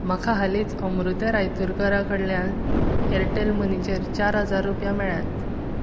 म्हाका हालींच अमृतें रायतुरकार कडल्यान ऍरटॅल मनीचेर चार हजार रुपया मेळ्ळ्यात